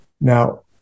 Now